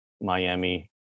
Miami